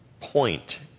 point